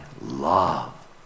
love